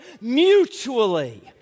mutually